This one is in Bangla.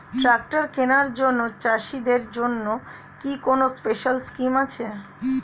ট্রাক্টর কেনার জন্য চাষিদের জন্য কি কোনো স্পেশাল স্কিম আছে?